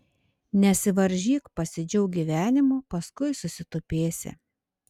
nesivaržyk pasidžiauk gyvenimu paskui susitupėsi